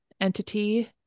entity